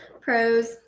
pros